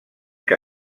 que